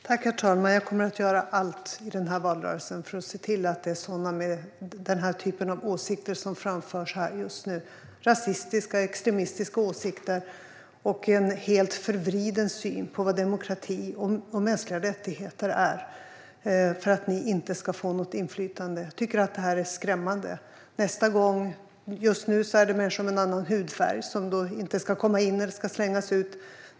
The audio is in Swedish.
Herr talman! Jag kommer att göra allt jag kan i den här valrörelsen för att se till att de som har den typ av åsikter som framförs här av Jeff Ahl inte ska få något inflytande. Det är fråga om rasistiska och extremistiska åsikter och en helt förvriden syn på vad demokrati och mänskliga rättigheter är. Jag tycker att det här är skrämmande. Just nu är det människor med en annan hudfärg som inte ska komma in eller som ska slängas ut.